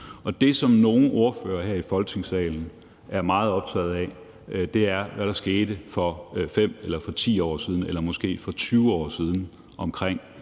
det, som nogle ordførere her i Folketingssalen er meget optaget af, er, hvad der skete for 5 eller 10 eller måske for 20 år siden omkring